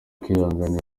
kwihanganira